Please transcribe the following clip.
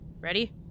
Ready